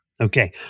Okay